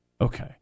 Okay